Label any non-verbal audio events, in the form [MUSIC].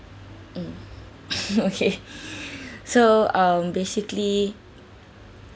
mm [LAUGHS] okay [BREATH] so um basically